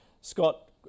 Scott